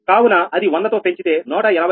కావున అది 100 తో పెంచితే 181